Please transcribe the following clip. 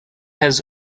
has